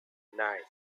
nine